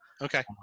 Okay